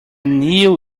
knew